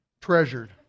Treasured